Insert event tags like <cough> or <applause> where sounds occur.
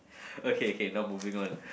<breath> okay K now moving on